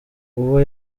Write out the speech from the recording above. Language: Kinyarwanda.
uwo